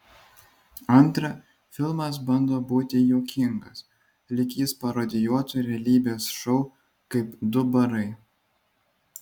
antra filmas bando būti juokingas lyg jis parodijuotų realybės šou kaip du barai